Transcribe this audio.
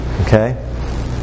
Okay